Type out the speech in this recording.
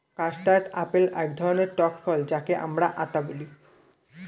custard apple এক ধরণের টক ফল যাকে আতা বলে